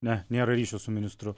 ne nėra ryšio su ministru